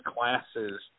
classes